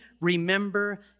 remember